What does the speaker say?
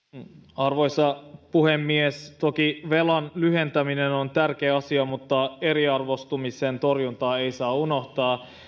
arvoisa puhemies toki velan lyhentäminen on tärkeä asia mutta eriarvoistumisen torjuntaa ei saa unohtaa